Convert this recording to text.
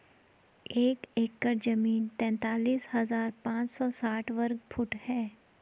एक एकड़ जमीन तैंतालीस हजार पांच सौ साठ वर्ग फुट है